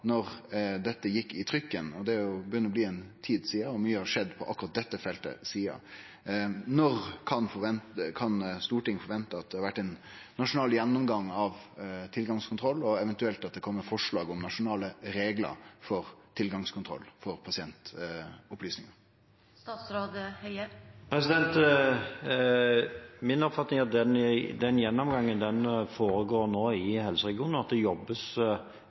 når dette gjekk i trykken, og det begynner å bli ei tid sidan, og mykje har skjedd på akkurat dette feltet sidan. Når kan Stortinget vente seg at det har vore ein nasjonal gjennomgang av tilgangskontroll, og eventuelt at det kjem forslag om nasjonale reglar for tilgangskontroll for pasientopplysningar? Min oppfatning er at den gjennomgangen foregår nå i helseregionene, og at det jobbes